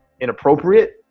Inappropriate